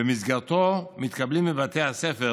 ובמסגרתו מתקבלים מבתי הספר